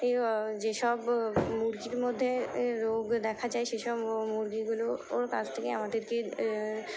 এ যেসব মুরগির মধ্যে রোগ দেখা যায় সেসব মুরগিগুলো ওর কাছ থেকে আমাদেরকে